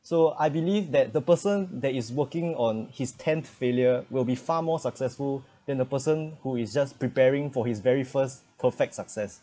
so I believe that the person that is working on his tenth failure will be far more successful than the person who is just preparing for his very first perfect success